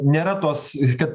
nėra tos kad